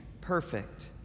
perfect